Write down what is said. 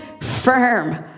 firm